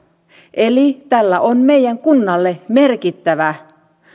eli tällä on meidän kunnalle merkittävä